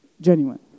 genuine